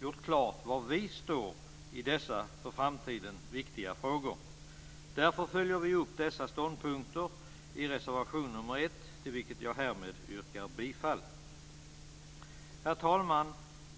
gjort klart var vi står i dessa för framtiden viktiga frågor. Därför följer vi upp dessa ståndpunkter i reservation nr 1, till vilken jag härmed yrkar bifall. Herr talman!